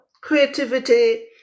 creativity